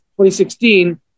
2016